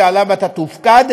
המשרד שעליו אתה תופקד.